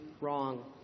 wrong